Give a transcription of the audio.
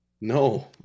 No